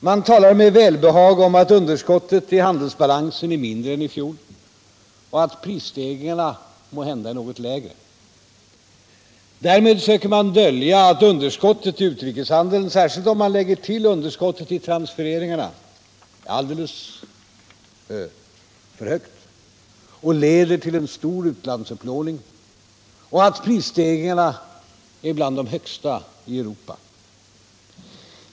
Man talar med välbehag om att underskottet i handelsbalansen är mindre än i fjol och att prisstegringarna måhända är något lägre. Därmed söker man dölja att underskottet i utrikeshandeln, särskilt om man lägger till underskottet i transfereringarna, är alldeles för högt och leder till en stor utlandsupplåning, och att prisstegringarna är bland de högsta i Europa.